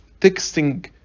texting